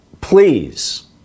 please